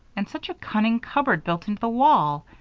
and such a cunning cupboard built into the wall.